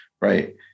right